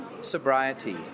sobriety